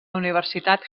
universitat